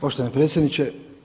Poštovani predsjedniče.